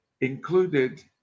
included